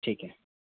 ठीक है